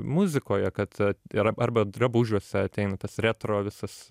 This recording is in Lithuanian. muzikoje kad yra arba drabužiuose ateina tas retro visas